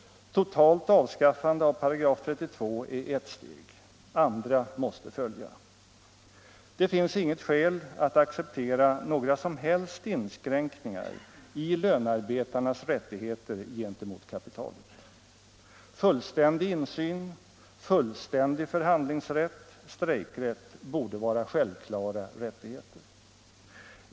Totalt avskaffande av § 32 är ett steg. Andra måste följa. Det finns inget skäl att acceptera några som helst inskränkningar i lönarbetarnas rättigheter gentemot kapitalet. Fullständig insyn, fullständig förhandlingsrätt, strejkrätt borde vara självklara rättigheter.